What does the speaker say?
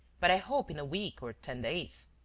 but i hope in a week or ten days.